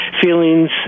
feelings